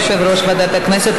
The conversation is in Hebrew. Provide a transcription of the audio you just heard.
יושב-ראש ועדת הכנסת.